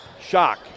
Shock